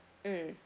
mm